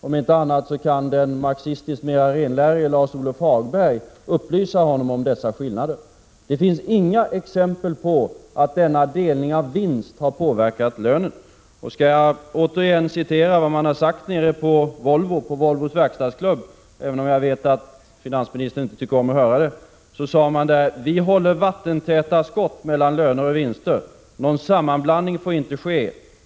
Om inte annat kan den marxistiskt mera renlärige Lars-Ove Hagberg upplysa honom om dessa skillnader. Det finns inga exempel på att denna delning av vinst har påverkat lönen. Jag skall återigen citera vad man har sagt på Volvos verkstadsklubb, även om jag vet att finansministern inte tycker om att höra det: Vi håller vattentäta skott mellan löner och vinster. Någon sammanblandning får inte ske. Inom Volvo finns — Prot.